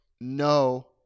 no